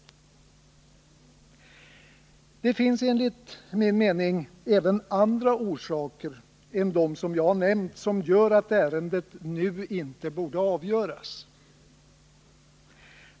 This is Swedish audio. Det finns enligt min mening även andra orsaker än dem jag nämnt som gör att ärendet inte borde avgöras nu.